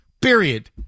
Period